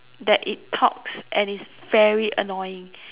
that it talks and it's very annoying